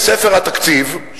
לספר התקציב,